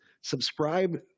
subscribe